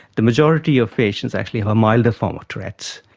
the majority of patients actually have a milder form of tourette's,